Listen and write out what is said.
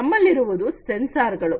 ನಮ್ಮಲ್ಲಿರುವುದು ಸೆನ್ಸಾರ್ಗಳು